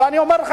ואני אומר לך,